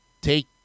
take